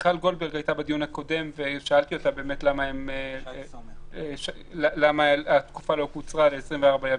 בדיון הקודם הייתה מיכל גולדברג ושאלתי אותה למה התקופה לא קוצרה ל-24.